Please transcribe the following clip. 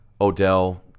Odell